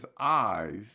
eyes